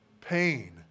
pain